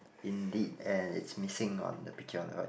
indeed and it's missing on the picture on the right